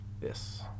Yes